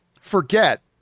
forget